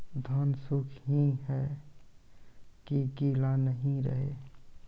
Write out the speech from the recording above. धान सुख ही है की गीला नहीं रहे?